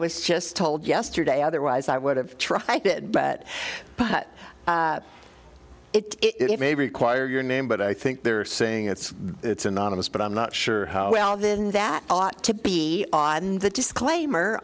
was just told yesterday otherwise i would have tried i did but but it may require your name but i think they're saying it's it's anonymous but i'm not sure how well then that ought to be on the disclaimer